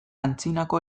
antzinako